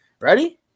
Ready